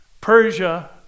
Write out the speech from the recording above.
Persia